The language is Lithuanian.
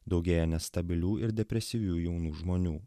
daugėja nestabilių ir depresyvių jaunų žmonių